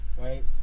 right